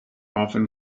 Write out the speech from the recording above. often